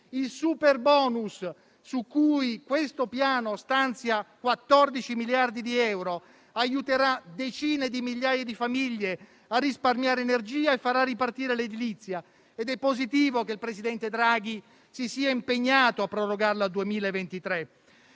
Il superbonus, su cui questo Piano stanzia 14 miliardi di euro, aiuterà decine di migliaia di famiglie a risparmiare energia e farà ripartire l'edilizia. È positivo che il presidente Draghi si sia impegnato a prorogarlo al 2023.